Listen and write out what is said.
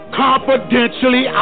confidentially